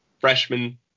freshman